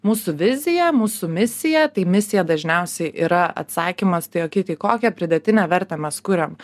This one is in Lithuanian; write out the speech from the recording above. mūsų vizija mūsų misija tai misija dažniausiai yra atsakymas tai okei tai kokią pridėtinę vertę mes kuriam